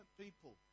people